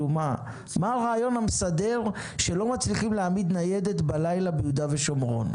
מה הרעיון המסדר שלא מצליחים להעמיד ניידת בלילה ביהודה ושומרון?